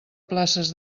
places